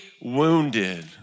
wounded